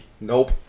Nope